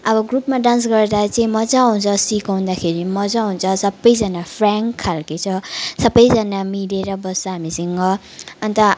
अब ग्रुपमा डान्स गर्दा चाहिँ मजा आउँछ सिकाउँदाखेरि पनि मजा आउँछ सबैजना फ्रयान्क खाल्के छ सबैजना मिलेर बस्छ हामीसँग अन्त